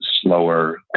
slower